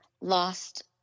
lost